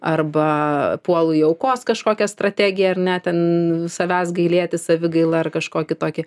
arba puolu į aukos kažkokią strategiją ar ne ten savęs gailėtis savigailą ar kažkokį tokį